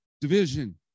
division